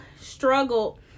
struggled